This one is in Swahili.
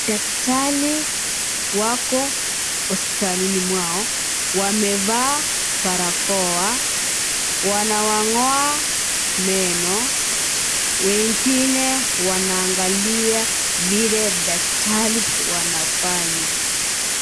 madaktari wako hospitalini mwao. Wamevaa barakoa. Wanawang'oa meno. Wengine wanaangalia vile daktari wanafanya.